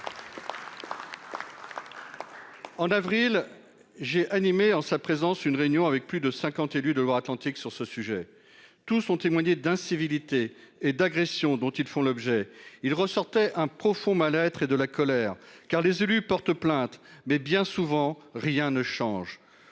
En avril, j'ai animé en sa présence. Une réunion avec plus de 50 élus de Loire-Atlantique sur ce sujet. Tous ont témoigné d'incivilités et d'agressions dont ils font l'objet, il ressortait un profond mal-être et de la colère car les élus portent plainte. Mais bien souvent, rien ne change.